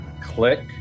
click